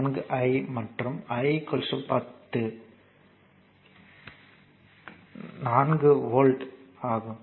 4 I மற்றும் I 10 4 volt ஆகும்